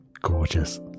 Gorgeous